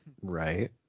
Right